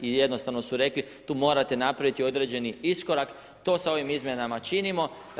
I jednostavno su rekli tu morate napraviti određeni iskorak, to sa ovim izmjenama činimo.